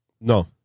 No